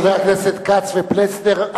חברי הכנסת כץ ופלסנר,